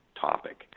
topic